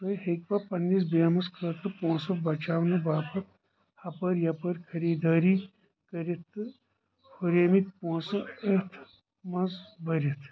تُہۍ ہیٚکِوا پنٛنِس بیمس خٲطرٕ پونٛسہٕ بچاونہٕ باپتھ ہپٲرۍ یَپٲرۍ خٔریٖدٲری کٔرِتھ تہٕ ہُرے مٕتۍ پونٛسہٕ اتھ منٛز بٔرِتھ